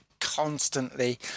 constantly